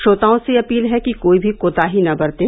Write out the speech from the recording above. श्रोताओं से अपील है कि कोई भी कोताही न बरतें